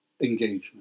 engagement